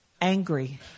angry